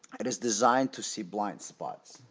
it is designed to see blind spots.